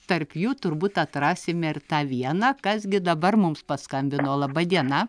tarp jų turbūt atrasime ir tą vieną kas gi dabar mums paskambino laba diena